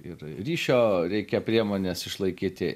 ir ryšio reikia priemones išlaikyti